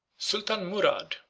sultan murad,